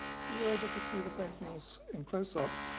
if you were able to see the paintings in close up